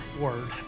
word